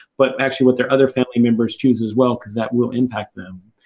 but actually, what their other family members choose as well, because that will impact them.